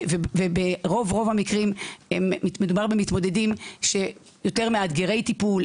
וברוב המקרים מדובר במתמודדים שהם יותר מאתגרי טיפול,